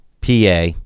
PA